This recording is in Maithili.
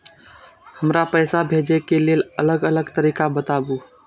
हमरा पैसा भेजै के लेल अलग अलग तरीका बताबु?